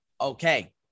okay